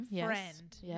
friend